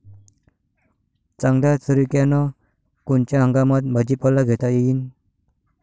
चांगल्या तरीक्यानं कोनच्या हंगामात भाजीपाला घेता येईन?